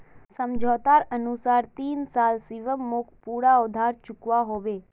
समझोतार अनुसार तीन साल शिवम मोक पूरा उधार चुकवा होबे